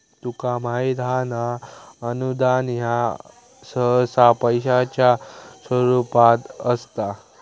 तुका माहित हां ना, अनुदान ह्या सहसा पैशाच्या स्वरूपात असता